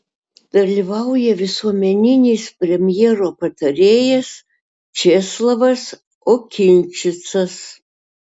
dalyvauja visuomeninis premjero patarėjas česlavas okinčicas